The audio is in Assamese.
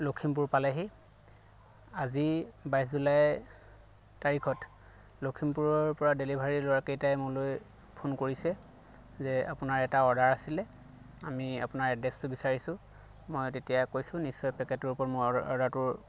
লখিমপুৰ পালেহি আজি বাইছ জুলাই তাৰিখত লখিমপুৰৰ পৰা ডেলিভাৰীৰ ল'ৰাকেইটাই মোলৈ ফোন কৰিছে যে আপোনাৰ এটা অৰ্ডাৰ আছিলে আমি আপোনাৰ এড্ৰেছটো বিচাৰিছোঁ মই তেতিয়া কৈছোঁ নিশ্চয় পেকেটটোৰ ওপৰত মোৰ অৰ্ডাৰটোৰ